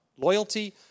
loyalty